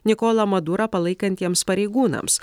nikolą madurą palaikantiems pareigūnams